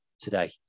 today